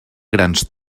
grans